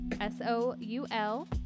S-O-U-L